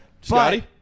Scotty